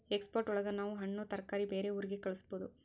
export ಒಳಗ ನಾವ್ ಹಣ್ಣು ತರಕಾರಿ ಬೇರೆ ಊರಿಗೆ ಕಳಸ್ಬೋದು